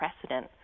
precedent